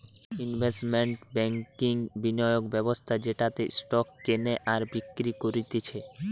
investment ব্যাংকিংবিনিয়োগ ব্যবস্থা যেটাতে স্টক কেনে আর বিক্রি করতিছে